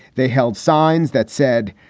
they held signs that said,